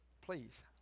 Please